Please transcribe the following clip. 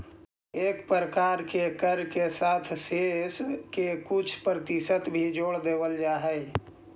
कए प्रकार के कर के साथ सेस के कुछ परतिसत भी जोड़ देवल जा हई